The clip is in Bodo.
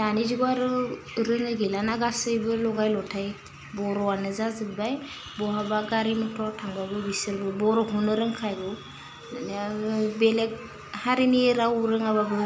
दानि जुगाव आरो रोङै गैलाना गासैबो लगाय लथाय बर'आनो जाजोब्बाय बहाबा गारि मटर थांबाबो बिसिरोबो बर'खौनो रोंखागौ दानिया बेलेग हारिनि राव रोङाबाबो